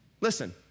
Listen